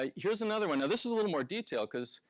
ah here's another one. now, this is a little more detailed because,